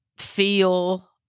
feel